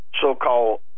so-called